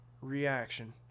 reaction